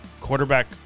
quarterback